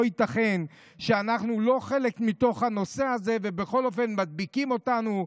לא ייתכן שאנחנו לא חלק מהנושא ובכל אופן מדביקים אותנו.